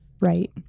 right